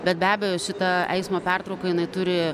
bet be abejo šita eismo pertrauka jinai turi